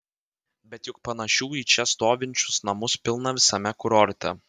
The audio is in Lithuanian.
bet juk panašių į čia stovinčius namus pilna visame kurorte